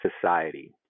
society